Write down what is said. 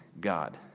God